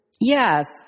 Yes